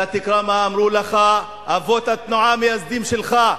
אתה תקרא מה אמרו לך אבות התנועה, המייסדים שלך,